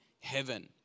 heaven